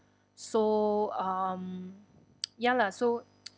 so um ya lah so